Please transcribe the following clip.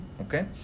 okay